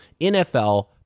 NFL